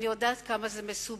אני יודעת כמה זה מסובך,